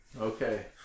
Okay